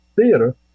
Theater